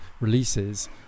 releases